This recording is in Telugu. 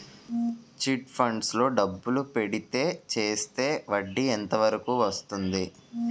చిట్ ఫండ్స్ లో డబ్బులు పెడితే చేస్తే వడ్డీ ఎంత వరకు వస్తుంది?